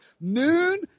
noon